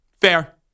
Fair